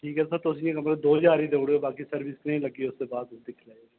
ठीक ऐ सर तुस इ'यां करो तुस दो ज्हार रपेआ गै देई ओड़ो बाकी सर्बिस नेईं लग्गे लैन